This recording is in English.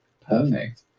perfect